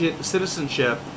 citizenship